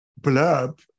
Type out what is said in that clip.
blurb